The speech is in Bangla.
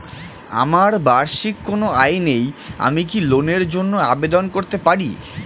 আমার বার্ষিক কোন আয় নেই আমি কি লোনের জন্য আবেদন করতে পারি?